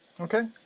Okay